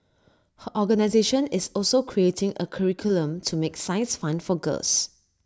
her organisation is also creating A curriculum to make science fun for girls